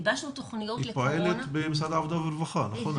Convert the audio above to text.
היא פועלת במשרד העבודה והרווחה, נכון?